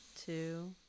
two